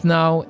now